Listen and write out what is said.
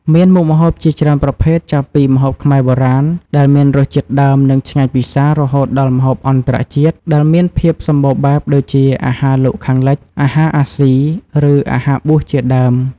មាន មុខម្ហូបជាច្រើនប្រភេទ ចាប់ពី ម្ហូបខ្មែរបុរាណ ដែលមានរសជាតិដើម និងឆ្ងាញ់ពិសា រហូតដល់ ម្ហូបអន្តរជាតិ ដែលមានភាពសម្បូរបែបដូចជា អាហារលោកខាងលិច អាហារអាស៊ី ឬអាហារបួសជាដើម។